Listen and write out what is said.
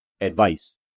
advice